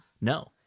No